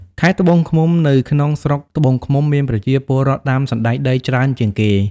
ខេត្តត្បូងឃ្មុំ នៅក្នុងស្រុកត្បូងឃ្មុំ មានប្រជាពលរដ្ឋដាំសណ្តែកដីច្រើនជាងគេ។